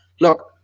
Look